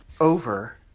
over